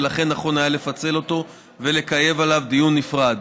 ולכן נכון היה לפצל אותו ולקיים עליו דיון נפרד.